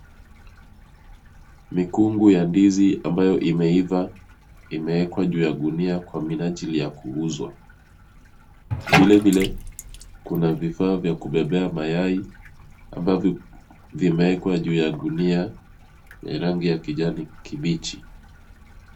Mikungu ya ndizi ambayo imeiva imewekwa juu ya gunia kwa minajili ya kuuzwa. Vilevile kuna vifaa vya kubebea mayai ambavyo vimewekwa juu ya gunia ya rangi ya kijani kibichi.